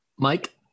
Mike